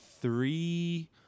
three